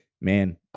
Man